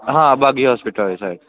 ਹਾਂ ਬਾਗੀ hospital side